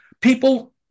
People